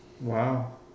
Wow